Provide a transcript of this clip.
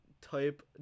type